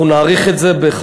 אנחנו נאריך את זה ב-50%.